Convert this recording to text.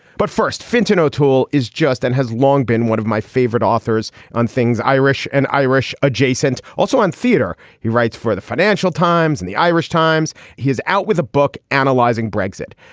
but first fintan o'toole is just and has long been one of my favorite authors on things irish and irish adjacent. also on theater he writes for the financial times and the irish times he is out with a book analyzing brexit.